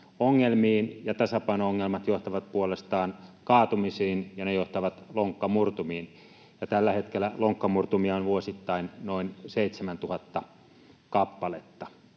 ja tasapaino-ongelmat johtavat puolestaan kaatumisiin, ja ne johtavat lonkkamurtumiin. Tällä hetkellä lonkkamurtumia on vuosittain noin 7 000 kappaletta.